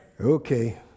Okay